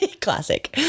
Classic